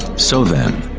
so then,